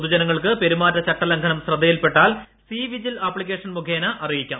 പൊതുജനങ്ങൾക്ക് പെരുമാറ്റച്ചട്ട ലംഘനം ശ്രദ്ധ്യിൽപ്പെട്ടാൽ സി വിജിൽ ആപ്ലിക്കേഷൻ മുഖേന അറിയിക്കാം